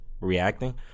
reacting